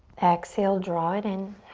exhale, draw it in.